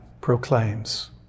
proclaims